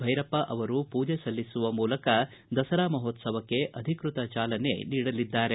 ಬೈರಪ್ಪ ಅವರು ಪೂಜೆ ಸಲ್ಲಿಸುವ ಮೂಲಕ ದಸರಾ ಮಹೋತ್ಸಕ್ಕೆ ಅಧಿಕೃತ ಚಾಲನೆ ನೀಡಲಿದ್ದಾರೆ